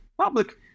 public